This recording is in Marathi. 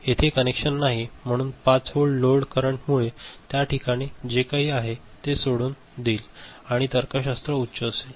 येथे कनेक्शन नाही म्हणून हे 5 व्होल्ट लोड करंटमुळे त्याठिकाणी जे काही आहे ते सोडून देईल आणि तर्कशास्त्र उच्च असेल